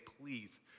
please